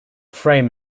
frame